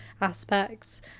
aspects